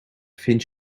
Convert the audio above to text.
vind